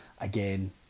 again